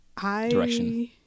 direction